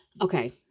okay